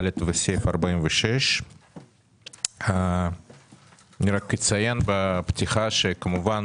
וסעיף 46. אציין בפתיחה שכמובן